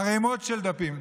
ערמות של דפים.